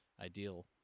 ideal